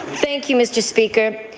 thank you, mr. speaker.